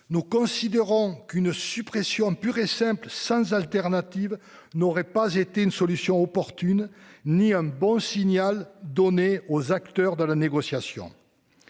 nous considérons qu'une suppression pure et simple sans autre option n'est ni une solution opportune ni un bon signal donné aux acteurs de la négociation.